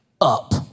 up